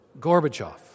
Gorbachev